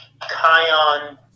Kion